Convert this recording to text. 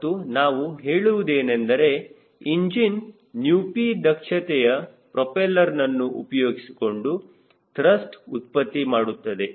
ಮತ್ತು ನಾವು ಹೇಳುವುದೇನೆಂದರೆ ಇಂಜಿನ್ ηp ದಕ್ಷತೆಯ ಪ್ರೊಪೆಲ್ಲರ್ನನ್ನು ಉಪಯೋಗಿಸಿಕೊಂಡು ತ್ರಸ್ಟ್ ಉತ್ಪತ್ತಿಮಾಡುತ್ತದೆ